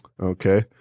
Okay